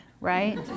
right